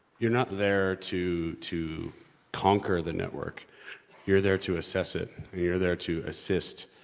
you're not there to, to conquer the network you're there to assess it, you're there to assist,